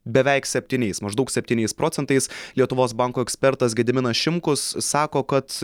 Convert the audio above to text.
beveik septyniais maždaug septyniais procentais lietuvos banko ekspertas gediminas šimkus sako kad